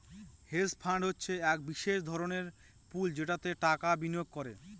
hedge fund হচ্ছে এক বিশেষ ধরনের পুল যেটাতে টাকা বিনিয়োগ করে